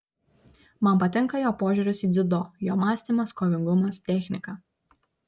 man patinka jo požiūris į dziudo jo mąstymas kovingumas technika